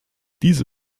diese